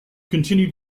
continued